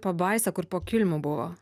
pabaisą kur po kilimu buvo